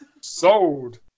Sold